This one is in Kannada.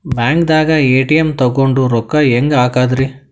ಬ್ಯಾಂಕ್ದಾಗ ಎ.ಟಿ.ಎಂ ತಗೊಂಡ್ ರೊಕ್ಕ ಹೆಂಗ್ ಹಾಕದ್ರಿ?